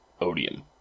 odium